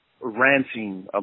ranting